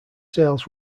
sales